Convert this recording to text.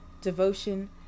devotion